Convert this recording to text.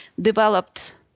developed